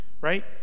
right